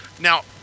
Now